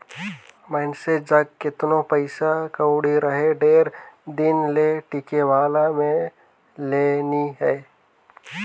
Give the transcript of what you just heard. मइनसे जग केतनो पइसा कउड़ी रहें ढेर दिन ले टिके वाला में ले नी हे